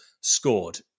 scored